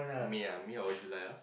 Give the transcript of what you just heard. May ah May or July ah